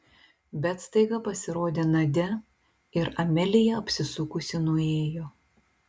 bet staiga pasirodė nadia ir amelija apsisukusi nuėjo